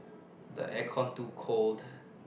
the aircon too cold